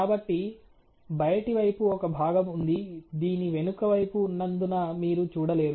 కాబట్టి బయటి వైపు ఒక భాగం ఉంది దీని వెనుక వైపు ఉన్నందున మీరు చూడలేరు